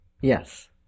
Yes